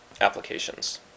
applications